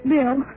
Bill